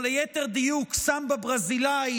או ליתר דיוק סמבה ברזילאית,